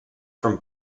from